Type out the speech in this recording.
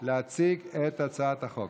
נמשיך עם הצעת חוק